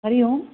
हरिः ओम्